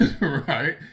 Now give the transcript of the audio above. Right